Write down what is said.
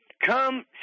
come